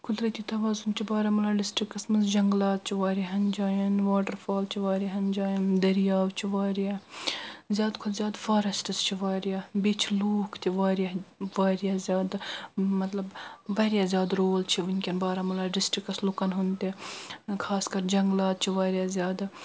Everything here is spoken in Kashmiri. قُدرتۍ توازُن چھ بارامولہٕ ڈسٹرکس منٛز جنٛگلات چھ واریاہن جایَن واٹر فال چھ واریاہن جاین دٔریاو چھ واریاہ زیادٕ کھۅتہٕ زیادٕ فارسٹس چھ واریاہ بیٚیہِ چھ لوٗکھ تہِ واریاہ واریاہ زیادٕ مطلب واریاہ زیادٕ رول چھ وُنکٮ۪ن بارامولہٕ ڈسٹرکس لُکن ہُنٛد تہِ خاص کَر جنٛگلات چھ واریاہ زیادٕ